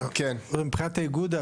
מבחינת האיגוד,